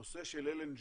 הנושא של LNG,